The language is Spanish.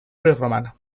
prerromana